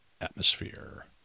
atmosphere